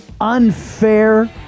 unfair